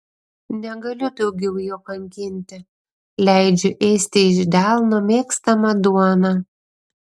negaliu daugiau jo kankinti leidžiu ėsti iš delno mėgstamą duoną